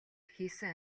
хийсэн